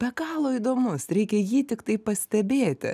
be galo įdomus reikia jį tiktai pastebėti